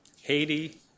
Haiti